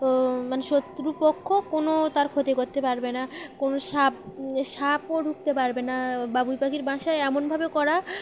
তো মানে শত্রুপক্ষ কোনো তার ক্ষতি করতে পারবে না কোনো সাপ সাপও ঢুকতে পারবে না বা বাবুই পাখির বাসায় এমনভাবে করা